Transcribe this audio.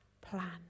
plan